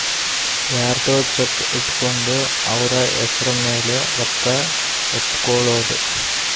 ಯರ್ದೊ ಚೆಕ್ ಇಟ್ಕೊಂಡು ಅವ್ರ ಹೆಸ್ರ್ ಮೇಲೆ ರೊಕ್ಕ ಎತ್ಕೊಳೋದು